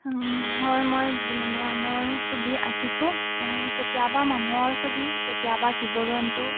হয় মই বিভিন্নধৰণৰ ছবি আঁকিছো কেতিয়াবা মানুহৰ ছবি কেতিয়াবা জীৱ জন্তু আৰু